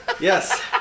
Yes